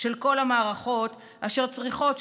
של כל המערכות אשר צריכות,